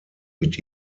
mit